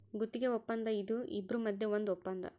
ಗುತ್ತಿಗೆ ವಪ್ಪಂದ ಇದು ಇಬ್ರು ಮದ್ಯ ಒಂದ್ ವಪ್ಪಂದ